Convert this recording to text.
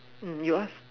hmm you ask